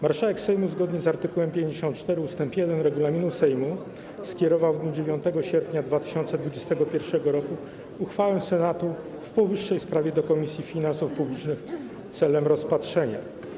Marszałek Sejmu, zgodnie z art. 54 ust. 1 regulaminu Sejmu, skierowała w dniu 9 sierpnia 2021 r. uchwałę Senatu w powyższej sprawie do Komisji Finansów Publicznych celem rozpatrzenia.